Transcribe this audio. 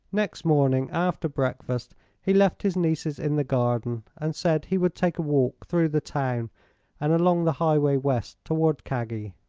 next morning after breakfast he left his nieces in the garden and said he would take a walk through the town and along the highway west, toward kaggi.